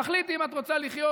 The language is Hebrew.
תחליטי אם את רוצה לחיות